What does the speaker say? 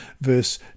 verse